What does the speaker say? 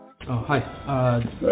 Hi